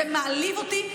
זה מעליב אותי.